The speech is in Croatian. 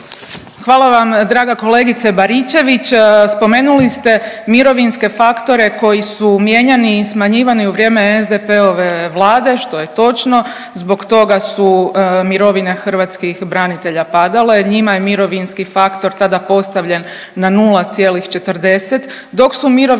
Hvala vam draga kolegice Baričević. Spomenuli ste mirovinske faktore koji su mijenjani i smanjivani u vrijeme SDP-ove vlade, što je točno. Zbog toga su mirovine hrvatskih branitelja padale, njima je mirovinski faktor tada postavljen na 0,40, dok su mirovinski